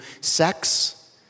sex